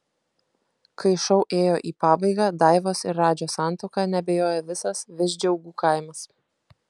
kai šou ėjo į pabaigą daivos ir radžio santuoka neabejojo visas visdžiaugų kaimas